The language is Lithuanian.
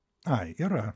ai yra